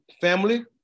family